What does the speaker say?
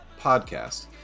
podcast